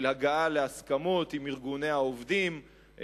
של הגעה להסכמות עם ארגוני העובדים,